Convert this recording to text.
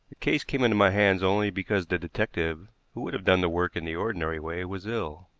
the case came into my hands only because the detective who would have done the work in the ordinary way was ill.